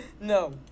No